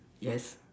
yes